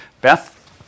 Beth